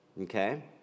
okay